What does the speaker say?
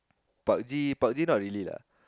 park z park z not really lah